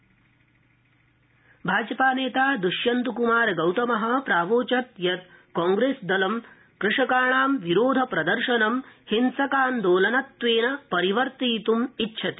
भाजपा कृषका भाजपा नेता दुष्यन्तकुमार गौतम प्रावोचत् यत् कांप्रेसदलं कृषकाणां विरोधप्रदर्शनम् हिंसकान्दोलनत्वेन परिवर्तथितुम् इच्छति